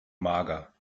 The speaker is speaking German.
mager